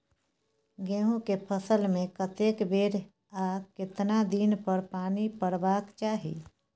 गेहूं के फसल मे कतेक बेर आ केतना दिन पर पानी परबाक चाही?